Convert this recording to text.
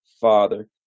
Father